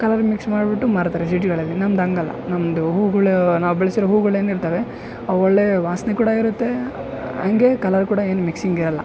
colour mix ಮಾಡ್ಬಿಟ್ಟು ಮಾರ್ತಾರೆ ಸಿಟಿಗಳಲ್ಲಿ ನಮ್ದು ಹಾಗಲ್ಲ ನಮ್ದು ಹೂಗಳು ನಾವು ಬೆಳ್ಸಿರೋ ಹೂಗಳು ಏನಿರ್ತಾವೆ ಅವು ಒಳ್ಳೆಯ ವಾಸನೆ ಕೂಡ ಇರುತ್ತೆ ಹಂಗೆ ಕಲರ್ ಕೂಡ ಏನು ಮಿಕ್ಸಿಂಗ್ ಇರಲ್ಲ